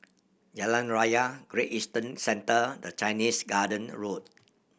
Jalan Raya Great Eastern Centre and Chinese Garden Road